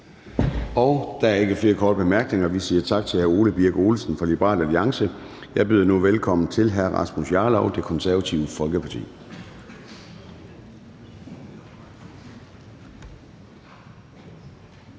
Der er ikke flere korte bemærkninger. Vi siger tak til hr. Ole Birk Olesen fra Liberal Alliance. Jeg byder nu velkommen til hr. Rasmus Jarlov, Det Konservative Folkeparti.